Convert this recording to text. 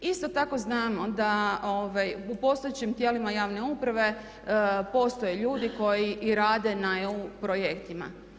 Isto tako znamo da u postojećim tijelima javne uprave postoje ljudi koji i rade na EU projektima.